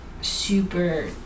super